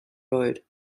road